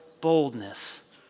boldness